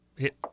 hit